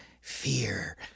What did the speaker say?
fear